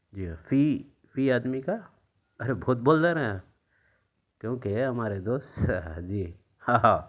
جی ہاں فی فی آدمی کا ارے بہت بول دے رہے ہیں کیونکہ ہمارے دوست جی ہاں ہاں